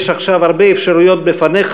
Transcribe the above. יש עכשיו הרבה אפשרויות בפניך.